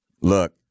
look